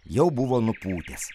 jau buvo nupūtęs